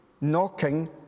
knocking